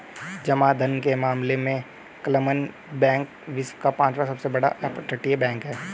जमा धन के मामले में क्लमन बैंक विश्व का पांचवा सबसे बड़ा अपतटीय बैंक है